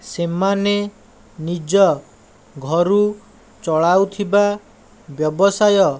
ସେମାନେ ନିଜ ଘରୁ ଚଳାଉଥିବା ବ୍ୟବସାୟ